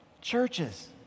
Churches